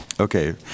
Okay